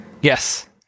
Yes